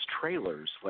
trailers